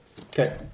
Okay